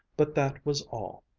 but that was all.